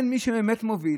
אין מי שבאמת מוביל